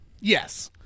Yes